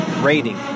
rating